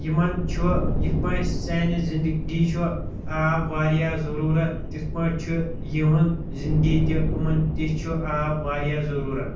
یِمَن چھُ یِتھ پٲٹھۍ سانہِ زندگی چھُ آب واریاہ ضروٗرَت تِتھ پٲٹھۍ چھُ یِہُنٛد زندگی تہِ یِمَن تہِ چھُ آب واریاہ ضروٗرت